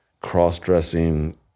cross-dressing